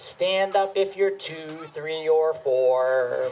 stand up if you're two three or four